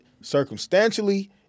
Circumstantially